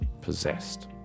possessed